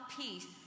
peace